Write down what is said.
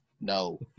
no